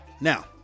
Now